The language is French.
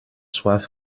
soif